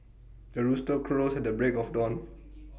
the rooster crows at the break of dawn